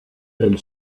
elle